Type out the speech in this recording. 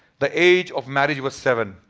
the age of marriage was seven.